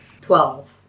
Twelve